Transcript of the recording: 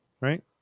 right